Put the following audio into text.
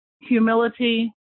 Humility